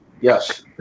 Yes